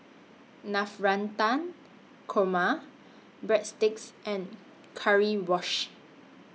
Navratan Korma Breadsticks and Currywurst